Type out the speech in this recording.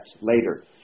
later